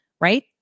right